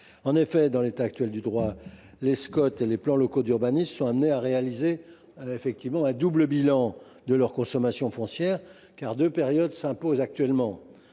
les Scot. En l’état actuel du droit, les Scot et les plans locaux d’urbanisme sont amenés à faire l’objet d’un double bilan de leur consommation foncière, car deux périodes s’imposent actuellement